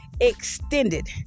Extended